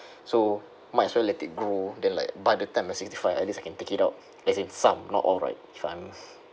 so might as well let it grow then like by the time I sixty five at least I can take it out as in some not all right if I'm